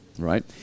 Right